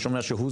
לא